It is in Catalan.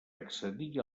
accedir